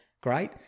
Great